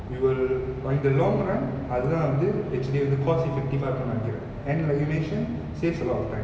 you will or in the long run அதுதான் வந்து:athuthan vanthu actually வந்து:vanthu cost effective ah இருக்குனு நெனைக்குறன்:irukkunu nenaikkuran and like you mentioned saves a lot of time